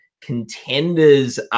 contenders